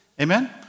Amen